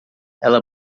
ela